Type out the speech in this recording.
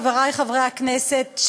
חברי חברי הכנסת,